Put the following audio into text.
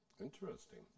Interesting